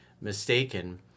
mistaken